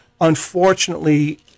Unfortunately